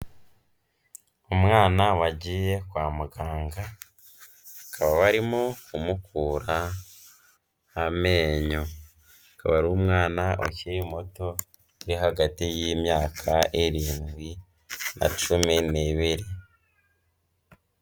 Umwana wagiye kwa muganga, bakaba barimo kumukura amenyo, akaba ari umwana ukiri muto, uri hagati y'imyaka irindwi na cumi n'ibiri.